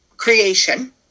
creation